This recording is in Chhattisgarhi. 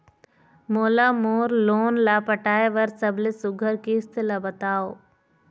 मोला मोर लोन ला पटाए बर सबले सुघ्घर किस्त ला बताव?